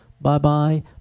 bye-bye